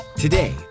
Today